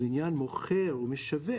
ולעניין מוכר או משווק,